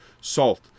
salt